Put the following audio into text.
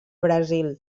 brasil